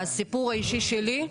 הסיפור האישי שלי,